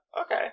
Okay